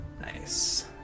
Nice